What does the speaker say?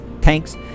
tanks